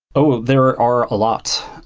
oh! there are a lot.